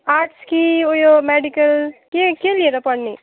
arts कि ऊ यो मेडिकल के के लिएर पढ्ने